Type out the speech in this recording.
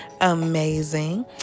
amazing